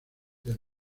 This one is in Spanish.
del